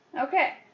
Okay